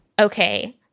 okay